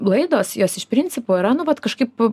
laidos jos iš principo yra nu vat kažkaip